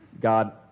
god